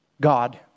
God